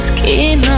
Skin